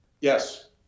Yes